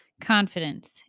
confidence